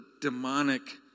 demonic